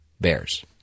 bears